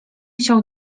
chciał